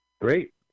Great